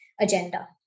agenda